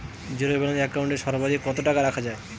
Zero balance account এ সর্বাধিক কত টাকা রাখা য়ায়?